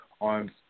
on